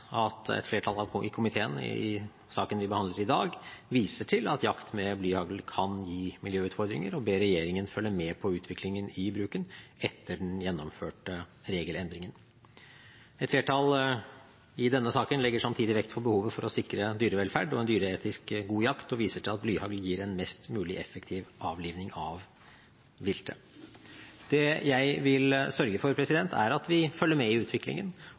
at et flertall i komiteen i saken vi behandler i dag, viser til at jakt med blyhagl kan gi miljøutfordringer og ber regjeringen følge med på utviklingen av bruken etter den gjennomførte regelendringen. Et flertall i denne saken legger samtidig vekt på behovet for å sikre dyrevelferd og en dyreetisk god jakt, og viser til at blyhagl gir en mest mulig effektiv avliving av viltet. Det jeg vil sørge for, er at vi følger med i utviklingen